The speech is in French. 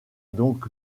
donc